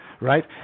right